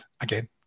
again